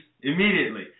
immediately